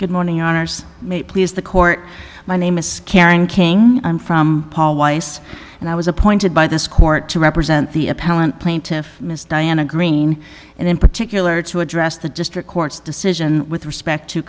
good morning honors may please the court my name is scaring king i'm from paul weiss and i was appointed by this court to represent the appellant plaintiff miss diana green and in particular to address the district court's decision with respect to